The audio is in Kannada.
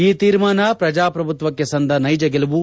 ಈ ತೀರ್ಮಾನ ಪ್ರಜಾಪ್ರಭುತ್ವಕ್ಷೆ ಸಂದ ನೈಜ ಗೆಲುವು